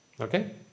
Okay